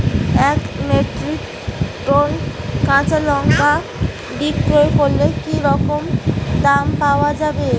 এক metric ton কাঁচা লঙ্কা বিক্রি করলে কি রকম দাম পাওয়া যাবে?